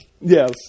Yes